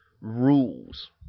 rules